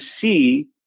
see